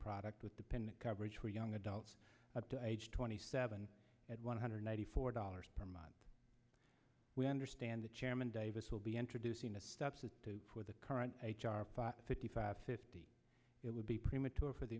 product with dependent coverage for young adults at age twenty seven at one hundred ninety four dollars per month we understand the chairman davis will be introducing a substitute for the current h r fifty five fifty it would be premature for the